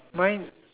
mine